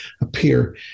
appear